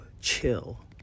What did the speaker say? chill